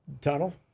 tunnel